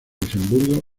luxemburgo